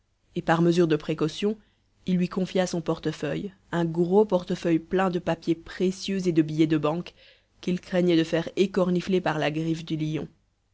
et par mesure de précaution il lui confia son portefeuille un gros portefeuille plein de papiers précieux et de billets de banque qu'il craignait de faire écornifler par la griffe du lion